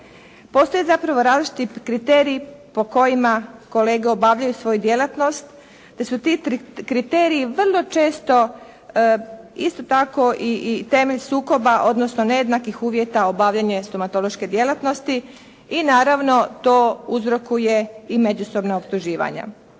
Postoje zapravo različiti kriteriji po kojima kolege obavljaju svoju djelatnost te su ti kriteriji vrlo često isto tako i temelj sukoba odnosno nejednakih uvjeta obavljanja stomatološke djelatnosti i naravno to uzrokuje i međusobna optuživanja.